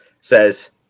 says